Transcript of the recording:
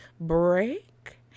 break